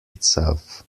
itself